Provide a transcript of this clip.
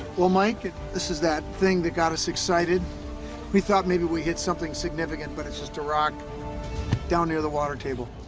well mike this is that thing that got us excited we thought maybe we hit something significant but it's just a rock down near the water table